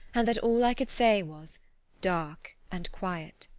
and that all i could say was dark and quiet.